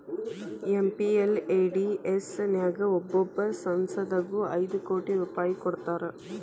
MPLADS ನ್ಯಾಗ ಒಬ್ಬೊಬ್ಬ ಸಂಸದಗು ಐದು ಕೋಟಿ ರೂಪಾಯ್ ಕೊಡ್ತಾರಾ